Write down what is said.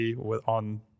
on